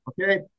Okay